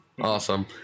Awesome